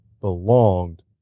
belonged